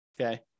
okay